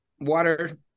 water